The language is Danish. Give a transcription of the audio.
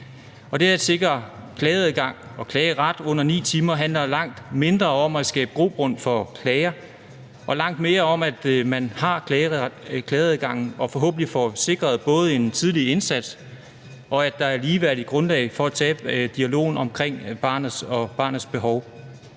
det at sikre en klageadgang og klageret i forhold til støtten under 9 timer handler langt mindre om at skabe grobund for klager og langt mere om, at man har klageadgangen, og at vi forhåbentlig får sikret både en tidlig indsats, og at der er et ligeværdigt grundlag for at tage dialogen omkring barnet og